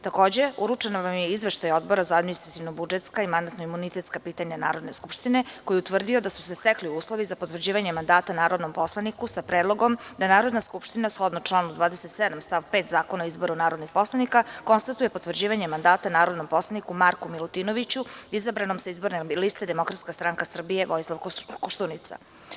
Takođe, uručen vam je Izveštaj Odbora za administrativno-budžetska i mandatno-imunitetska pitanja Narodne skupštine, koji je utvrdio da su se stekli uslovi za potvrđivanje mandata narodnom poslaniku sa predlogom da Narodna skupština, shodno članu 27. stav 5. Zakona o izboru narodnih poslanika, konstatuje potvrđivanje mandata narodnom poslaniku Marku Milutinoviću, izabranom sa izborne liste DSS Vojislav Koštunica.